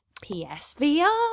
PSVR